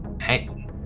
Hey